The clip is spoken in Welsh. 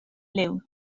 liw